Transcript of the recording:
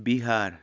Bihar